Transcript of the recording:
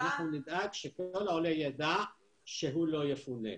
אבל נדאג שכל עולה ידע שהוא לא יפונה,